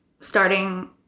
starting